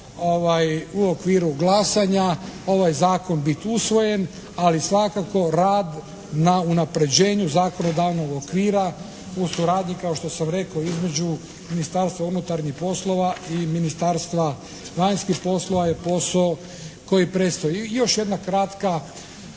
u okviru glasanja ovaj zakon biti usvojen ali svakako rad na unapređenju zakonodavnog okvira u suradnji kao što sam rekao između Ministarstva unutarnjih poslova i Ministarstva vanjski poslova je posao koji predstoji.